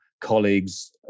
colleagues